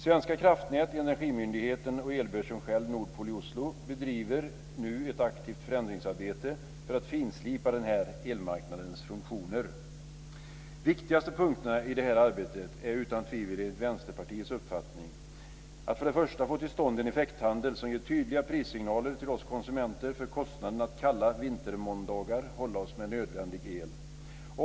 Svenska kraftnät, Energimyndigheten och elbörsen själv, Nordpool i Oslo, bedriver nu ett aktivt förändringsarbete för att finslipa elmarknadens funktioner. De viktigaste punkterna i det här arbetet är enligt Vänsterpartiets uppfattning utan tvivel att för det första få till stånd en effekthandel som ger tydliga prissignaler till oss konsumenter för kostnaderna att kalla vintermåndagar hålla oss med nödvändig el.